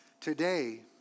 Today